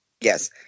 Yes